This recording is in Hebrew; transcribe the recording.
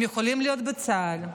הם יכולים להיות בצה"ל,